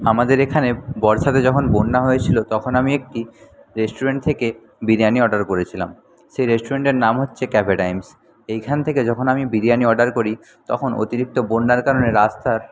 আমাদের এখানে বর্ষাতে যখন বন্যা হয়েছিলো তখন আমি একটি রেষ্টুরেন্ট থেকে বিরিয়ানি অর্ডার করেছিলাম সেই রেষ্টুরেন্টের নাম হচ্ছে ক্যাফে টাইমস এইখান থেকে যখন আমি বিরিয়ানি অর্ডার করি তখন অতিরিক্ত বন্যার কারণে রাস্তার